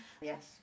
yes